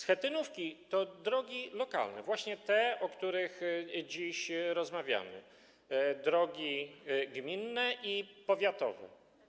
Schetynówki to drogi lokalne, właśnie te, o których dziś rozmawiamy, drogi gminne i powiatowe.